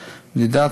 ומדידה,